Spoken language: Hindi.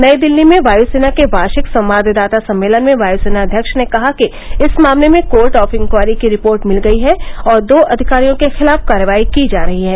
नई दिल्ली में वायुसेना के वार्षिक संवाददाता सम्मेलन में वायुसेना अध्यक्ष ने कहा कि इस मामले में कोर्ट ऑफ इन्कवायरी की रिपोर्ट मिल गई है और दो अधिकारियों के खिलाफ कार्रवाई की जा रही है